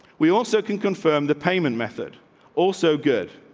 we also can confirm the payment method also good.